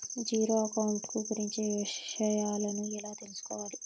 Zero account కు గురించి విషయాలను ఎలా తెలుసుకోవాలి?